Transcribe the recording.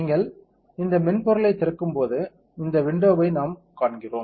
நீங்கள் இந்த மென்பொருளைத் திறக்கும்போது இந்த விண்டோவை நாம் காண்கிறோம்